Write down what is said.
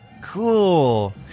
Cool